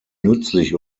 nützlich